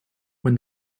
when